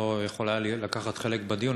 לא יכול היה לקחת חלק בדיון,